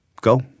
go